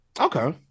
Okay